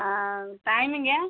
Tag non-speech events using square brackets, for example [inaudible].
time [unintelligible]